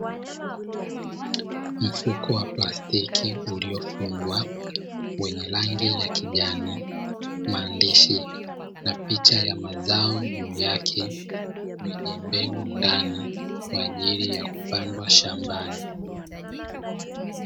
Mfuko wa plastiki uliofungwa wenye rangi ya kijani, maandishi na picha ya mazao juu yake, vijimbegu ndani kwa ajili ya kupandwa shambani.